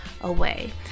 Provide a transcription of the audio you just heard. away